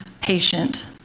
patient